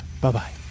bye-bye